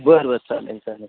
बरं बरं चालेल चालेल